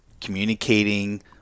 communicating